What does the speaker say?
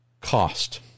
Cost